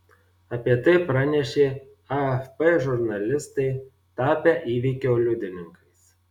apie tai pranešė afp žurnalistai tapę įvykio liudininkais